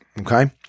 Okay